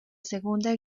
segunda